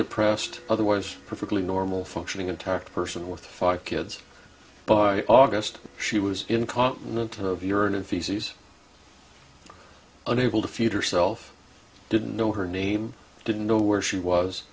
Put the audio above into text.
depressed otherwise perfectly normal functioning intact person with five kids by august she was incontinent of you're in feces unable to feed herself didn't know her name didn't know where she was